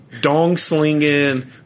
dong-slinging